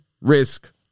risk